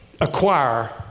acquire